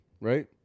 right